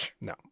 No